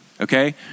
okay